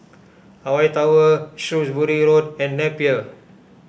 Hawaii Tower Shrewsbury Road and Napier